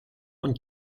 und